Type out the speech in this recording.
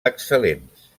excel·lents